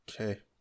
okay